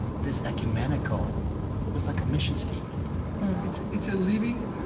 this ecumenical was like a mission statement it's it's a living